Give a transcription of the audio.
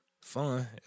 Fun